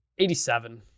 87